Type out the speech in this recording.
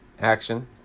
Action